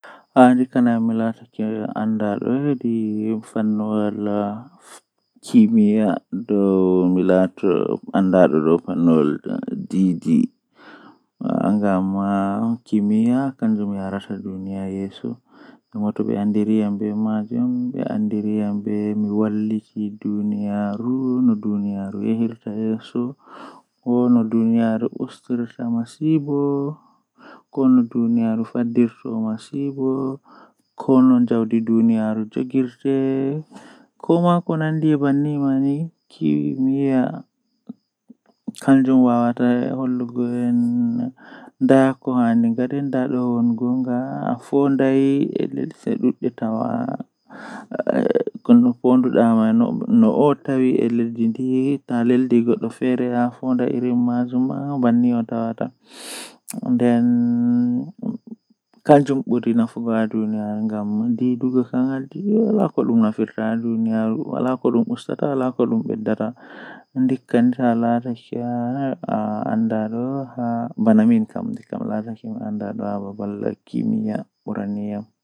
To ayidi ahawra shayi arandewol kam awada ndiym haa nder koofi deidei ko ayidi yarugo, Nden awadda ganye haako jei be wadirta tea man awaila haa nder awada shuga alanya jam ahebi tea malla shayi ma.